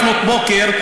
לפנות בוקר,